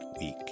week